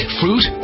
fruit